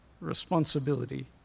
responsibility